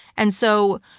and so,